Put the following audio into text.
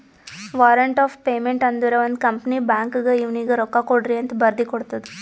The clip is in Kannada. ವಾರಂಟ್ ಆಫ್ ಪೇಮೆಂಟ್ ಅಂದುರ್ ಒಂದ್ ಕಂಪನಿ ಬ್ಯಾಂಕ್ಗ್ ಇವ್ನಿಗ ರೊಕ್ಕಾಕೊಡ್ರಿಅಂತ್ ಬರ್ದಿ ಕೊಡ್ತದ್